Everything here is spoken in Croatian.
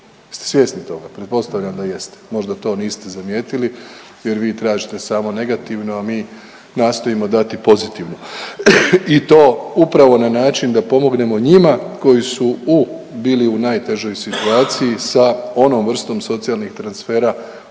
jeste svjesni toga, pretpostavljam da jeste, možda to niste to zamijetili jer vi tražite samo negativno, a mi nastojimo dati pozitivno i to upravo na način da pomognemo njima koji su u, bili u najtežoj situaciji sa onom vrstom socijalnih transfera